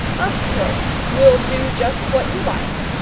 of course we'll do just what you like,